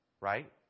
Right